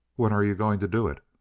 when are you going to do it?